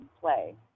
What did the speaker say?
play